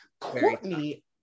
Courtney